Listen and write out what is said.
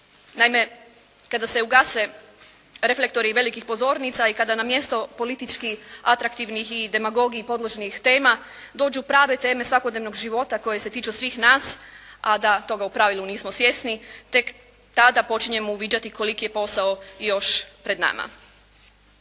Naime, kada se ugase reflektori velikih pozornica i kada na mjesto politički atraktivnih i demagogi podložnih tema, dođu prave teme svakodnevnog života koje se tiču svih nas, a da toga u pravilu nismo svjesni. Tek tada počinjemo uviđati koliki je posao još pred nama.